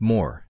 More